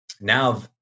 now